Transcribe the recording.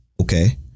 okay